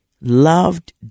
loved